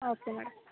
okay madam